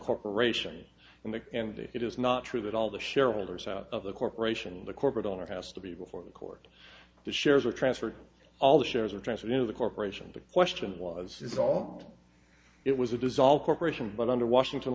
corporation and the and it is not true that all the shareholders out of the corporation the corporate owner has to be before the court the shares are transferred all the shares are transferred to the corporation the question was is all it was a dissolve corporation but under washington